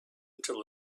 until